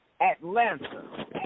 Atlanta